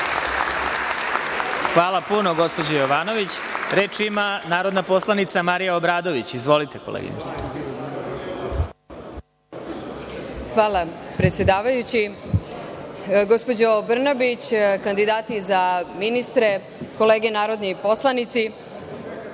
vam puno gospođo Jovanović. Reč ima narodna poslanica Marija Obradović. **Marija Obradović** Hvala predsedavajući. Gospođo Brnabić, kandidati za ministre, kolege narodni poslanici,